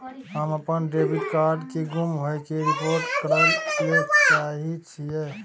हम अपन debit card के गुम होय के रिपोर्ट करय ले चाहय छियै